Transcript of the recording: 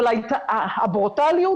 אבל הברוטליות,